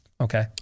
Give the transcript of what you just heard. Okay